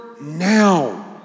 now